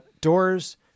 Doors